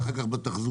אחר כך גם בתחזוקה.